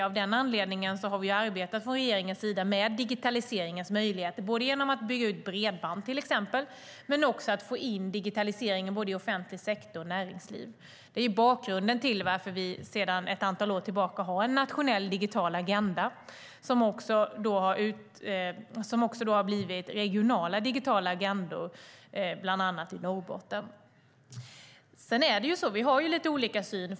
Av den anledningen har regeringen arbetat med digitaliseringens möjligheter, både genom att bygga ut bredband och genom att få in digitaliseringen i såväl offentlig sektor som näringsliv. Det är bakgrunden till att vi sedan ett antal år tillbaka har en nationell digital agenda som också har blivit regionala digitala agendor, bland annat i Norrbotten.